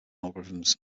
algorithms